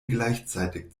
gleichzeitig